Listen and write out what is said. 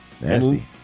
Nasty